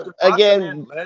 again